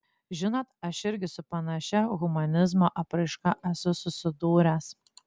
žinot aš irgi su panašia humanizmo apraiška esu susidūręs